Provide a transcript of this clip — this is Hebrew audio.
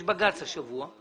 יש בג"ץ השבוע.